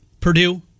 Purdue